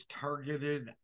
targeted